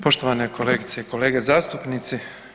Poštovane kolegice i kolege zastupnici.